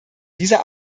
dieser